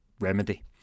remedy